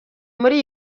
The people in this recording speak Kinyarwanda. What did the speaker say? muri